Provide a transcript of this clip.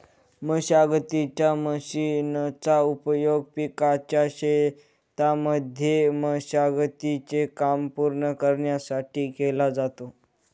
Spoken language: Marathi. मशागतीच्या मशीनचा उपयोग पिकाच्या शेतांमध्ये मशागती चे काम पूर्ण करण्यासाठी केला जातो